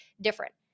different